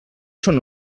són